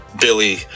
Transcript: Billy